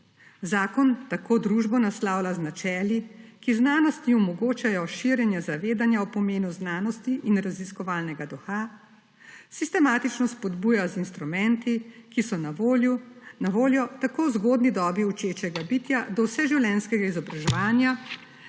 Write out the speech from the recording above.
Zakon tako družbo naslavlja z načeli, ki znanosti omogočijo širjenje zavedanja o pomenu znanosti in raziskovalnega duha, sistematično spodbuja z instrumenti, ki so na voljo tako zgodnji dobi učečega bitja do vseživljenjskega izobraževanja,